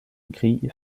écrit